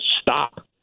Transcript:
stop